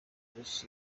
bless